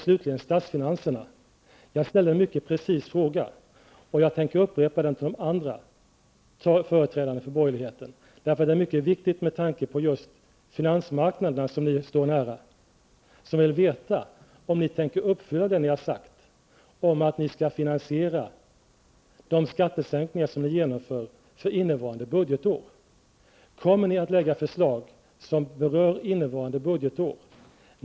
Slutligen statsfinanserna: Jag ställde en mycket precis fråga, och jag tänkter upprepa den till de andra företrädarna för borgerligheten, därför att den är mycket viktig just med tanke på finansmarknaderna som ni står nära och som vill veta om in tänker uppfylla det ni har sagt om att ni skall finansiera de skattesänkningar som ni genomför för innevarande budgetår. Kommer ni att lägga förslag som berör innevarande budgetår?